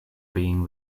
being